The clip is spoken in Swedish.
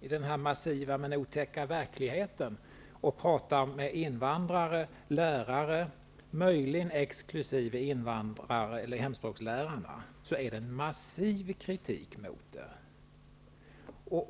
hemspråksundervisningen ute i den otäcka verkligheten -- invandrare, lärare, möjligen exkl. hemspråkslärare -- möter man en massiv kritik.